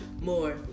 more